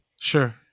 Sure